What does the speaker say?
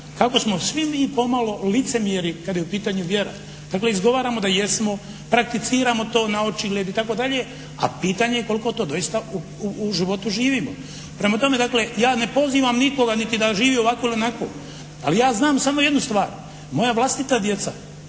kako smo svi mi pomalo licemjeri kada je u pitanju vjera. Dakle, izgovaramo da jesmo, prakticiramo to naočigled itd. a pitanje je koliko to doista u životu živimo. Prema tome, dakle ja ne pozivam nikoga niti da živi ovako ili onako. Ali ja znam samo jednu stvar. Moja vlastita djeca,